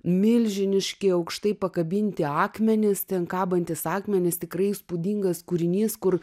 milžiniški aukštai pakabinti akmenys ten kabantys akmenys tikrai įspūdingas kūrinys kur